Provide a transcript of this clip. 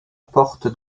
porte